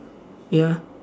ya